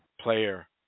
player